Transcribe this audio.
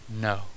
No